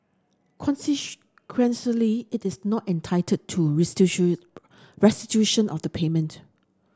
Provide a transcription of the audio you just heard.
it is not entitled to restitution of the payment